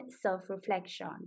self-reflection